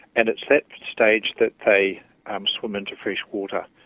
and it's that stage that they um swim into fresh water,